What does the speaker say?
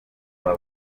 rwa